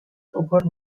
over